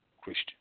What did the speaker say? Christian